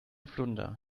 flunder